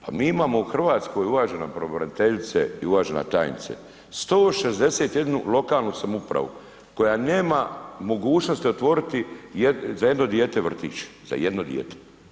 Pa mi imamo u Hrvatskoj uvažena pravobraniteljice i uvažena tajnice 161 lokalnu samoupravu koja nema mogućnosti otvoriti za jedno dijete vrtić, za jedno dijete.